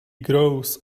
grows